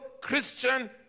Christian